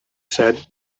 said